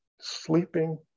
sleeping